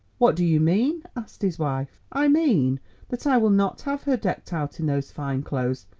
what do you mean? asked his wife. i mean that i will not have her decked out in those fine clothes.